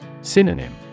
Synonym